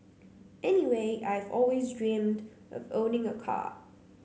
anyway I have always dreamt of owning a car